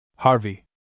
Harvey